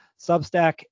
Substack